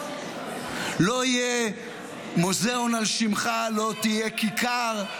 לא יהיה מוזיאון על שמך, לא תהיה כיכר,